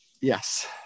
yes